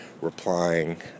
replying